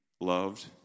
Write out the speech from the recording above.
loved